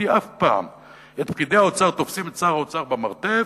אף פעם את פקידי האוצר תופסים את שר האוצר במרתף,